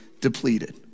depleted